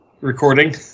recording